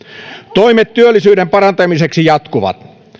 toimet työllisyyden parantamiseksi jatkuvat